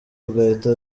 bagahita